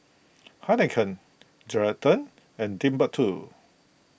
Heinekein Geraldton and Timbuk two